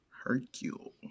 Hercule